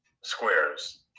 Squares